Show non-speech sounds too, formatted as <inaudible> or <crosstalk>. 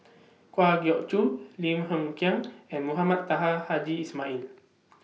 Kwa Geok Choo Lim Hng Kiang and Mohamed Taha Haji Ismail <noise>